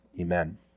Amen